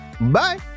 Bye